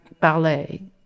ballet